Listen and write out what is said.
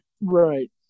right